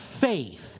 faith